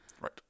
Right